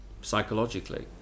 psychologically